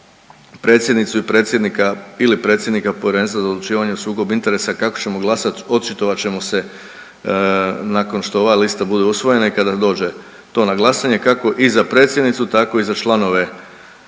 predsjednicu i predsjednika ili predsjednika Povjerenstva za odlučivanju sukoba interesa kako ćemo glasat očitovat ćemo se nakon što ova lista bude usvojena i kada dođe to na glasanje kako i za predsjednicu tako i za članove